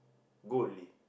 goal already